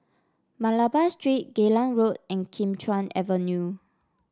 Malabar Street Geylang Road and Kim Chuan Avenue